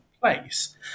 place